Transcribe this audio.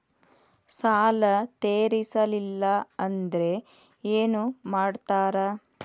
ಸಾಲ ತೇರಿಸಲಿಲ್ಲ ಅಂದ್ರೆ ಏನು ಮಾಡ್ತಾರಾ?